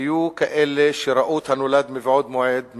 היו כאלה שראו את הנולד מבעוד מועד,